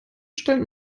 stellen